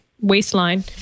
waistline